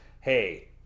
hey